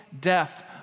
death